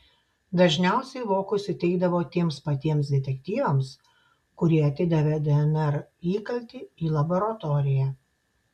dažniausiai vokus įteikdavo tiems patiems detektyvams kurie atidavė dnr įkaltį į laboratoriją